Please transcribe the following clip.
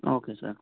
okay sir